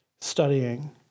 studying